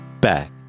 back